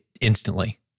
instantly